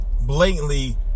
blatantly